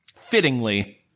fittingly